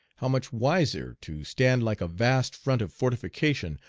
how much wiser to stand like a vast front of fortification,